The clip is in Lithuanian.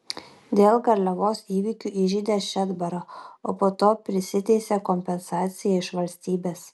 dėl garliavos įvykių įžeidė šedbarą o po to prisiteisė kompensaciją iš valstybės